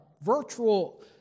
virtual